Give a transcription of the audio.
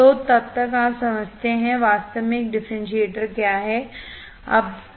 तो तब तक आप समझते हैं कि वास्तव में एक डिफरेंशिएटर क्या है